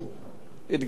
הדגשתי את הדברים,